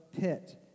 pit